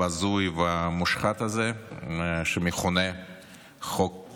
הבזוי והמושחת הזה שמכונה חוק